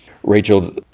Rachel